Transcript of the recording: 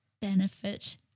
benefit